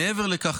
מעבר לכך,